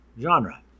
genre